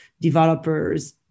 developers